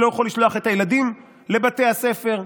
שלא יכול לשלוח את הילדים לבתי הספר,